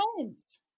times